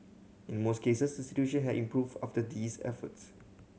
in most cases situation had improved after these efforts